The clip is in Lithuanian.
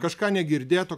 kažką negirdėto